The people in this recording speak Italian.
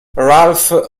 ralph